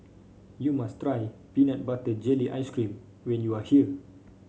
you must try Peanut Butter Jelly Ice cream when you are here